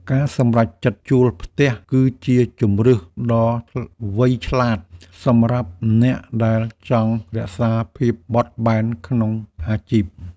ការសម្រេចចិត្តជួលផ្ទះគឺជាជម្រើសដ៏វៃឆ្លាត សម្រាប់អ្នកដែលចង់រក្សាភាពបត់បែនក្នុងអាជីព។